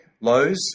Lows